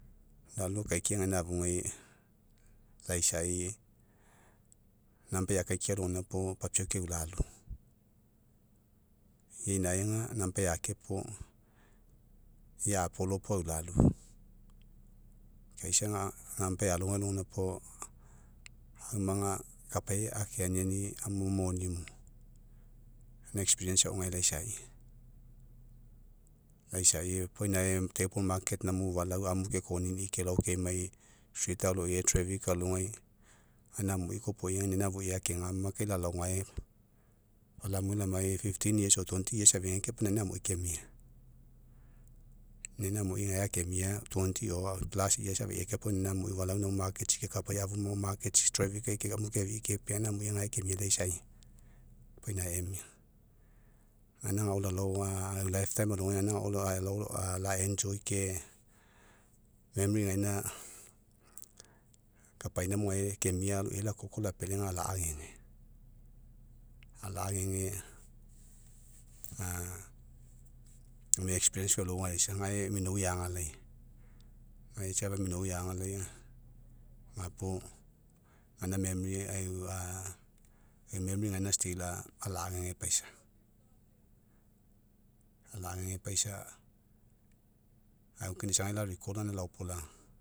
Lalao akaikia gaina afugai laisai number eakaikia alogaina puo papiau keulalu. Ia inae aga number eake puo ia apolo puo aulalu kai isa aga number ealogai alogaina puo aumaga kapai akeaniani amu monimo. Gaina experience ao gae laisai pau inae table market namo ufalau amu kekonini kelao kemai street alogai traffic alogai gaina amui kopoi aga inaina afui akegama kai lalao gae pau lamue lamai fifteen or twenty years afegai kai pau inaina amu kemia. Inaina amui gae akemia twenty o last years afegai kai pau ina mui ufalau namo maketsi kekapai afu maoai mo maketsi traffic ai kai amu keafii kepea gaina amui gae kemia laisai, pau inae emia. Gaina agao lalao aga e'u life time la enjoy ke memory gaina kapaina mo gae kemia alogai lakoko lapealai aga ala'agege, ala'agege gome experience felo gae aisa gae minou eagalai. Gae safa minou eagalai gapuo gaina memory e'u e'u memory gaina still ala'agege paisa, ala'agege paisa aufakina isagai la recall aga gaina laopolaga